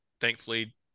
thankfully